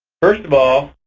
first of all,